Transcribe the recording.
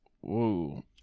Whoa